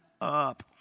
up